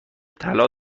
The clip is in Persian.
طلا